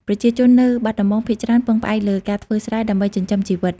ប្រជាជននៅបាត់ដំបងភាគច្រើនពឹងផ្អែកលើការធ្វើស្រែ ដើម្បីចិញ្ចឹមជីវិត។